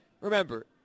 remember